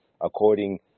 According